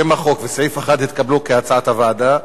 שם החוק וסעיף 1 התקבלו כהצעת הוועדה.